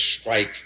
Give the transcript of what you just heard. strike